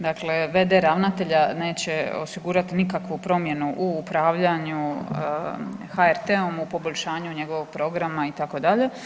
Dakle, v.d. ravnatelja neće osigurati nikakvu promjenu u upravljanju HRT-om, u poboljšanju njegovog programa itd.